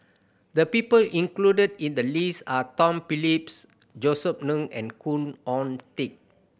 the people included in the list are Tom Phillips Josef Ng and Khoo Oon Teik